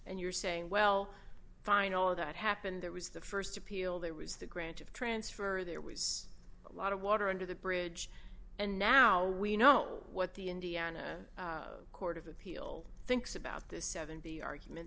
and you're saying well fine all that happened there was the st appeal there was the grant of transfer there was a lot of water under the bridge and now we know what the indiana court of appeal thinks about this seven the argument